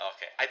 Okay